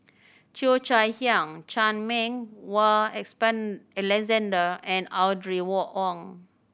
Cheo Chai Hiang Chan Meng Wah Alexander and Audrey war Wong